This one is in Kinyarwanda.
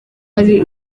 hari